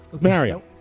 Mario